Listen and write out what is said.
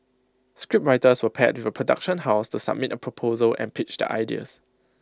scriptwriters were paired with production house to submit A proposal and pitch their ideas